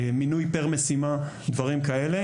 מינוי פר משימה ודברים כאלה.